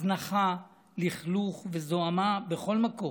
הזנחה, לכלוך וזוהמה בכל מקום.